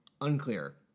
Unclear